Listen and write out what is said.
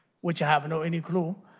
which i have no any clue.